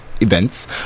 events